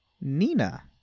Nina